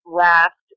last